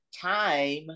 time